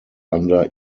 under